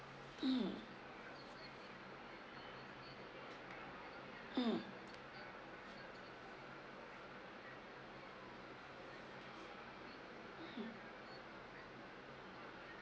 mm mm